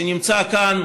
שנמצא כאן,